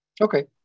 Okay